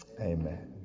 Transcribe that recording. Amen